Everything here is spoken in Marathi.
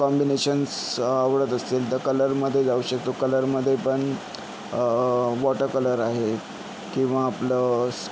कॉम्बिनेशन्स आवडत असतील तर कलरमध्ये जाऊ शकतो कलरमध्येपण वॉटर कलर आहे किंवा आपलं